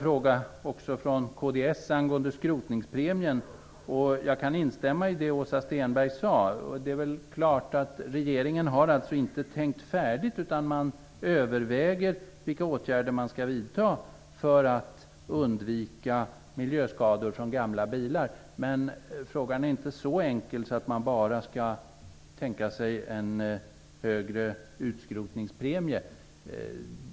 Jag kan instämma i det som Åsa Stenberg sade. Regeringen har inte tänkt färdigt, utan man överväger vilka åtgärder man skall vidta för att undvika miljöskador från gamla bilar. Frågan är dock inte så enkel att man bara kan tänka sig en högre utskrotningspremie.